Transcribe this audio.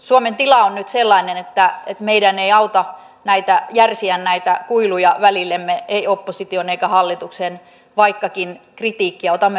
suomen tila on nyt sellainen että meidän ei auta järsiä näitä kuiluja välillemme ei opposition eikä hallituksen vaikkakin kritiikkiä otamme mielellämme vastaan